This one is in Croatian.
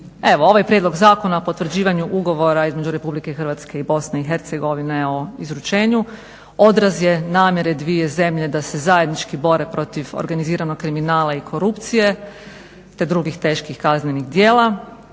Ovaj Prijedlog zakona o potvrđivanju Ugovora između Republike Hrvatske i BiH o izručenju odraz je namjere dvije zemlje da se zajednički bore protiv organiziranog kriminala i korupcije te drugih teških kaznenih djela.